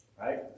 Right